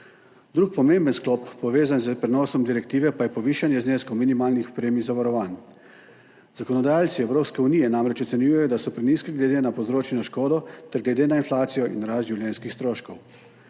Drugi pomemben sklop, povezan s prenosom direktive, pa je povišanje zneskov minimalnih premij zavarovanj. Zakonodajalci Evropske unije namreč ocenjujejo, da so prenizki glede na povzročeno škodo ter glede na inflacijo in rast življenjskih stroškov.